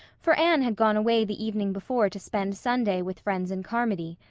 for anne had gone away the evening before to spend sunday with friends in carmody,